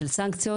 של סנקציות?